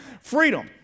freedom